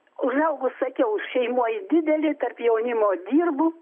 užaugus sakiau šeimoj didelėj tarp jaunimo dirbu